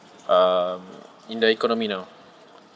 um in the economy now